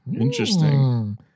Interesting